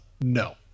No